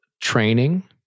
training